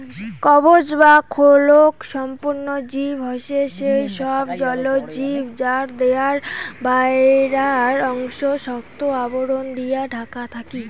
কবচ বা খোলক সম্পন্ন জীব হসে সেই সব জলজ জীব যার দেহার বায়রার অংশ শক্ত আবরণ দিয়া ঢাকা থাকি